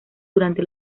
durante